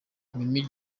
mimi